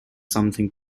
something